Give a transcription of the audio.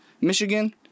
Michigan